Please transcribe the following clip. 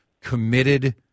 committed